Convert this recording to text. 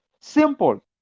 simple